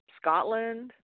Scotland